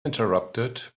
interrupted